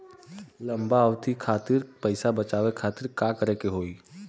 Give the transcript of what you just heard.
लंबा अवधि खातिर पैसा बचावे खातिर का करे के होयी?